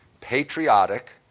patriotic